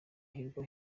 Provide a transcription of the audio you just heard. hirwa